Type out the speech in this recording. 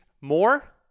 more